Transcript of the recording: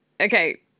Okay